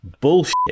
bullshit